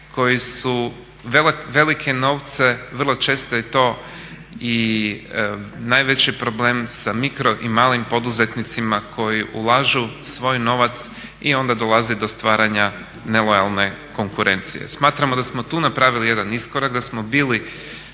koji su velike novce, vrlo često je i to i najveći problem sa mikro i malim poduzetnicima koji ulažu svoj novac i onda dolazi do stvaranja nelojalne konkurencije. Smatramo da smo tu napravili jedan iskorak, da smo bili